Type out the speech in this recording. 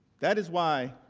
that is why,